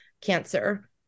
cancer